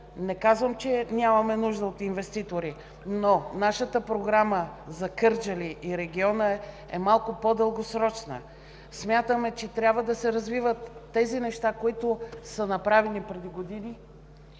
не казвам, че нямаме нужда от инвеститори, но нашата програма за Кърджали и региона е малко по-дългосрочна. Смятаме, че трябва да се развиват нещата, които са направени преди години,